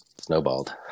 snowballed